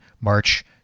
March